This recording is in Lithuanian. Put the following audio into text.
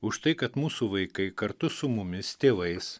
už tai kad mūsų vaikai kartu su mumis tėvais